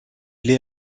l’est